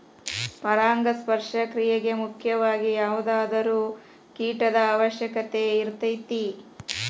ಪರಾಗಸ್ಪರ್ಶ ಕ್ರಿಯೆಗೆ ಮುಖ್ಯವಾಗಿ ಯಾವುದಾದರು ಕೇಟದ ಅವಶ್ಯಕತೆ ಇರತತಿ